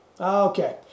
Okay